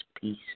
Peace